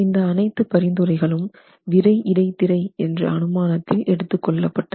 இந்த அனைத்து பரிந்துரைகளும் விறை இடைத்திரை என்ற அனுமானத்தில் எடுத்துக்கொள்ளப்பட்டது